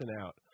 out